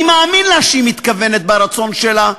אני מאמין לה שהיא מתכוונת ברצון שלה,